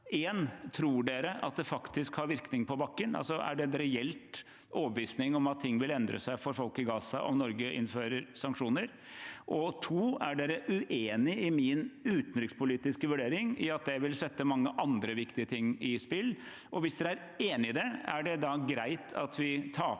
Tror de at det faktisk har virkning på bakken – er det en reell overbevisning om at ting vil endre seg for folk i Gaza om Norge innfører sanksjoner? For det andre: Er de uenige i min utenrikspolitiske vurdering om at det vil sette mange andre viktige ting i spill? Hvis de er enig i det, er det da greit at vi taper